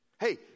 Hey